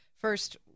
first